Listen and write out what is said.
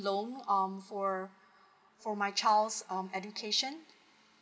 loan um for for my child's um education